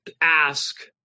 ask